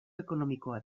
ekonomikoa